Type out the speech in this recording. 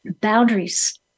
Boundaries